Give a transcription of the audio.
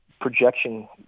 projection